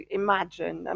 imagine